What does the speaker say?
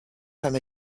from